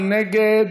מי נגד?